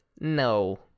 no